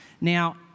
Now